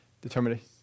determination